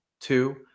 two